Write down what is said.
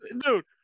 dude